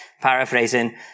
paraphrasing